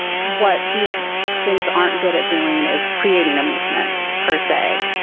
what these things aren't good at doing is creating a movement per se.